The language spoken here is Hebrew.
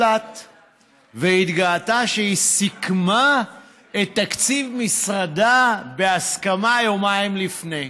והיא התגאתה שהיא סיכמה את תקציב משרדה בהסכמה יומיים לפני כן.